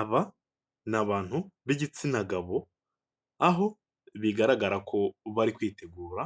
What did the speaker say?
Aba ni abantu b'igitsina gabo aho bigaragara ko bari kwitegura